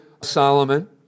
Solomon